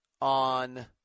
on –